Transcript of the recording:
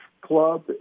club